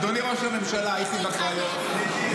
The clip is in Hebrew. אדוני ראש הממשלה, הייתי בקריות לפני